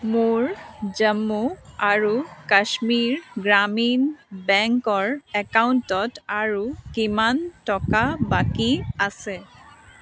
মোৰ জম্মু আৰু কাশ্মীৰ গ্ৰামীণ বেংকৰ একাউণ্টত আৰু কিমান টকা বাকী আছে